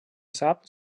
sap